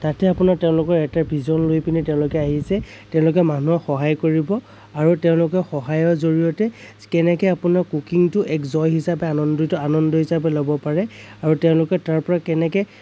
তাতে আপোনাৰ তেওঁলোকৰ এটা ভিজন লৈ পিনি তেওঁলোকে আহিছে তেওঁলোকে মানুহক সহায় কৰিব আৰু তেওঁলোকে সহায়ৰ জৰিয়তে কেনেকৈ আপোনাৰ কুকিংটো এক জয় হিচাপে আনন্দিত আনন্দ হিচাপে ল'ব পাৰে আৰু তেওঁলোকে তাৰপৰা কেনেকৈ